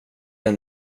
den